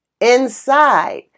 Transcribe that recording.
inside